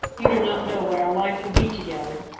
you do not know what our life will be together.